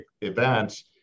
events